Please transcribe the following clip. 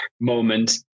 moment